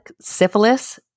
syphilis